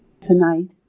Tonight